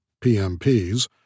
PMPs